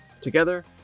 Together